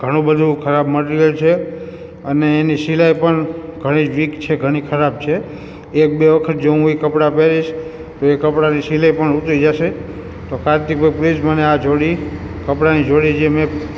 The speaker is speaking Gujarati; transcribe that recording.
ઘણુ બધું ખરાબ મટીરિયલ છે અને એની સિલાઇ પણ ઘણી વીક છે ઘણી ખરાબ છે એક બે વખત જો હું એ કપડાં પહેરીશ તો એ કપડાંની સિલાઈ પણ ઉતરી જશે તો કાર્તિકભઈ પ્લીઝ મને આ જોડી કપડાંની જોડી જે મેં